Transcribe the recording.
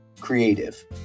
Creative